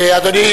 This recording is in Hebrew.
אדוני,